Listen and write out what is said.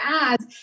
ads